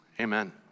amen